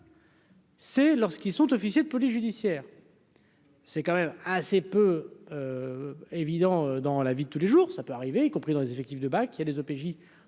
C'est lorsqu'ils sont officiers de police judiciaire. C'est quand même assez peu évident dans la vie de tous les jours, ça peut arriver, y compris dans les effectifs de bac, il a des OPJ